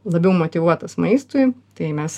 labiau motyvuotas maistui tai mes